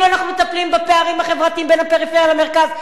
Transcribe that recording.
אנחנו מטפלים בפערים החברתיים בין הפריפריה למרכז.